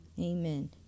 Amen